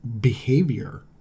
behavior